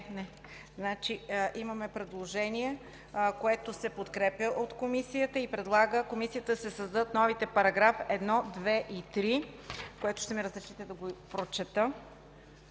имаме предложение, което се подкрепя и комисията предлага да се създадат новите § 1, 2 и 3, които ще ми разрешите да прочета: